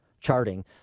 charting